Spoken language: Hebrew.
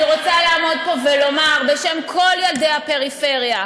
אני רוצה לעמוד פה ולומר בשם כל ילדי הפריפריה: